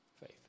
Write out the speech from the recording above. Faith